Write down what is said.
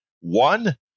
One